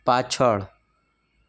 પાછળ